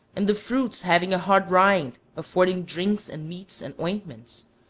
and the fruits having a hard rind, affording drinks and meats and ointments.